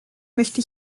möchte